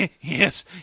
Yes